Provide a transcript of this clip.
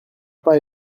pas